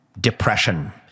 depression